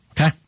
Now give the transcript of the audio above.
Okay